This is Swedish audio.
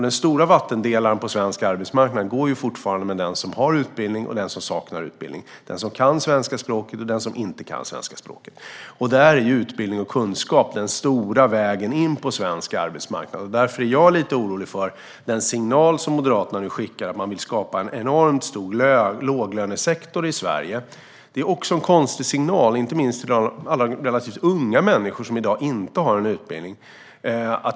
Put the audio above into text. Den stora vattendelaren på svensk arbetsmarknad går fortfarande mellan den som har utbildning och den som saknar utbildning och mellan den som kan det svenska språket och den som inte kan det svenska språket. Utbildning och kunskap är den stora vägen in på svensk arbetsmarknad. Därför är jag lite orolig för den signal som Moderaterna nu skickar: att man vill skapa en enormt stor låglönesektor i Sverige. Det är också en konstig signal inte minst till alla relativt unga människor som i dag inte har en utbildning.